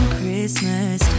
Christmas